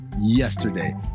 yesterday